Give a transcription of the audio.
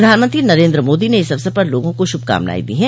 प्रधानमंत्री नरेन्द्र मोदी ने इस अवसर पर लोगों को श्भकामनाएं दी हैं